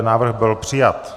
Návrh byl přijat.